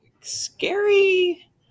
scary